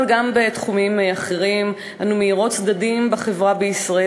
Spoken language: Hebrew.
אבל גם בתחומים אחרים אנו מאירות צדדים בחברה בישראל